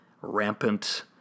rampant